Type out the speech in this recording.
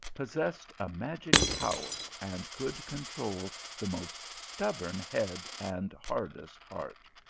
possessed a magic power, and could control the most stubborn head and hardest heart.